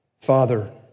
Father